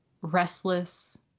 restless